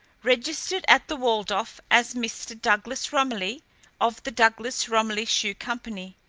registered at the waldorf as mr. douglas romilly of the douglas romilly shoe company,